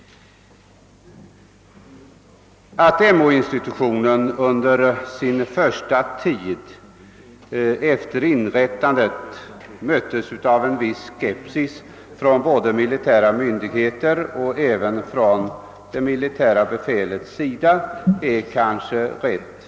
Att MO-institutionen under den första tiden efter inrättandet möttes av en viss skepsis från de militära myndigheternas och även från det militära befälets sida är rätt förklarligt.